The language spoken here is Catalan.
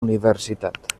universitat